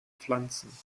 pflanzen